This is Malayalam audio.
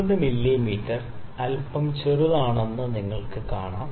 9 മില്ലീമീറ്റർ അല്പം ചെറുതാണെന്ന് നിങ്ങൾക്ക് കാണാം